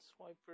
swiper